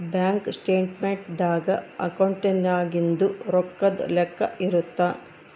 bank statement ದಾಗ ಅಕೌಂಟ್ನಾಗಿಂದು ರೊಕ್ಕದ್ ಲೆಕ್ಕ ಇರುತ್ತ